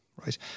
right